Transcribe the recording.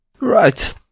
right